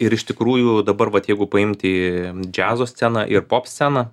ir iš tikrųjų dabar vat jeigu paimti džiazo sceną ir pop sceną